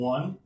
One